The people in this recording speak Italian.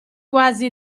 quasi